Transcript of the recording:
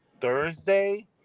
Thursday